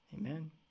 Amen